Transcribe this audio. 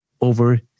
over